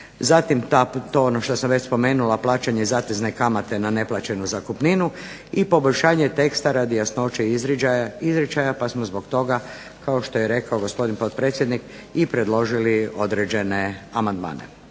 Zatim ono što sam već spomenula plaćanje zatezne kamate na neplaćenu zakupninu i poboljšanje teksta radi jasnoće izričaja pa smo zbog toga kao što je rekao i gospodin potpredsjednik i predložili određene amandmane.